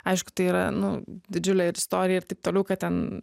aišku tai yra nu didžiulė ir istorija ir taip toliau kad ten